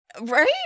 Right